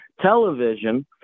television